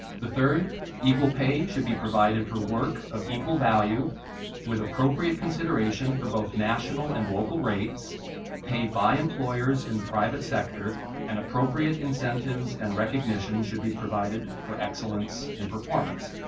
the third equal pay should be provided for work of equal value with appropriate consideration for both national and local rates paid by employers in the private sector and appropriate incentives and recognition should be provided for excellence in performance.